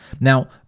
Now